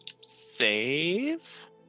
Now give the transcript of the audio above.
Save